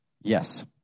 Yes